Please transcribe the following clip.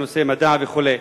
בנושא מדע וכו'.